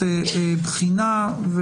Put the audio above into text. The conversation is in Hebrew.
בחינה.